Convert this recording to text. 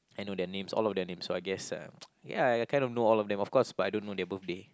I know their names all of their names so I guess uh ya I kind of know all of them but of course I don't know their birthday